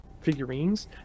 figurines